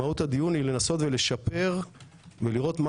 מהות הדיון היא לנסות ולשפר ולראות מה